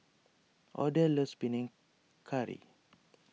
Odell loves Panang Curry